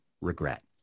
regret